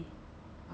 Jollibee